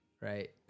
right